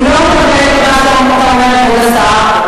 אני לא מקבלת את מה שאתה אומר, כבוד השר.